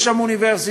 יש שם אוניברסיטה.